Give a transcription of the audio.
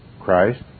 Christ